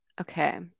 okay